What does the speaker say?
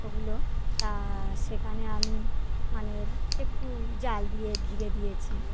ওগুলো তা সেখানে আমি মানে একটু জাল দিয়ে ঘিরে দিয়েছি